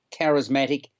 charismatic